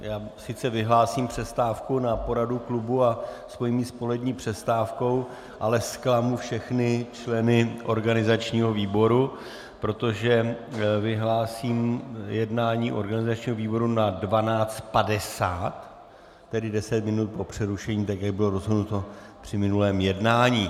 Já sice vyhlásím přestávku na poradu klubu a spojím ji s polední přestávkou, ale zklamu všechny členy organizačního výboru, protože vyhlásím jednání organizačního výboru na 12.50 hodin, tedy deset minut po přerušení, tak jak bylo rozhodnuto při minulém jednání.